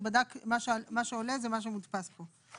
הוא בדק, מה שעולה זה מה שמודפס פה.